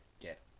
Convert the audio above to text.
Get